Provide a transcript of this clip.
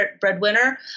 breadwinner